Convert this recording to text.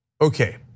okay